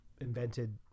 invented